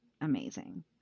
amazing